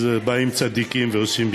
אז באים צדיקים ועושים בשבילה,